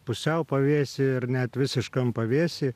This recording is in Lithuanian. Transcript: pusiau pavėsy ar net visiškam pavėsy